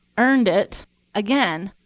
earned it again.